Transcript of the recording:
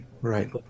right